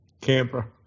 Camper